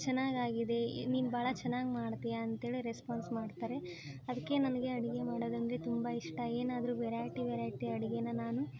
ಚೆನ್ನಾಗಿ ಆಗಿದೆ ಈ ನೀನು ಭಾಳ ಚೆನ್ನಾಗಿ ಮಾಡ್ತೀಯ ಅಂತೇಳಿ ರೆಸ್ಪಾನ್ಸ್ ಮಾಡ್ತಾರೆ ಅದಕ್ಕೆ ನನಗೆ ಅಡುಗೆ ಮಾಡೋದಂದರೆ ತುಂಬ ಇಷ್ಟ ಏನಾದರೂ ವೆರೈಟಿ ವೆರೈಟಿ ಅಡುಗೆನ ನಾನು